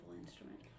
instrument